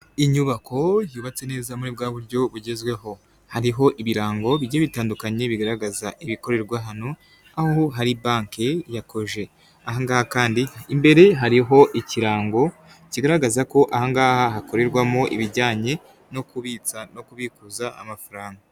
Inyubako yubatse neza muri bwa buryo bugezweho. Hariho ibirango bigiye bitandukanye bigaragaza ibikorerwa hano, aho hari banki ya koje. Aha ngaha kandi imbere hariho ikirango kigaragaza ko aha ngaha hakorerwamo ibijyanye no kubitsa no kubikuza amafaranga.